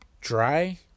dry